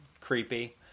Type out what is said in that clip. Creepy